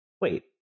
wait